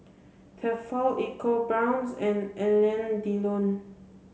Tefal EcoBrown's and Alain Delon